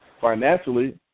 financially